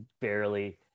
barely